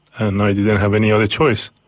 and i didn't have any other choice,